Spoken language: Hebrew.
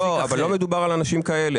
אבל לא מדובר על אנשים כאלה.